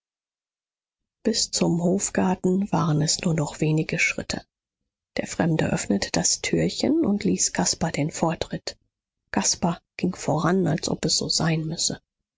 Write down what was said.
bis zum hofgarten waren es nur noch wenige schritte der fremde öffnete das türchen und ließ caspar den vortritt caspar ging voran als ob es so sein müsse